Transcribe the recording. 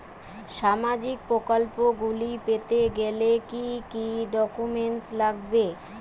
সামাজিক প্রকল্পগুলি পেতে গেলে কি কি ডকুমেন্টস লাগবে?